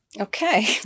Okay